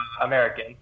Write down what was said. American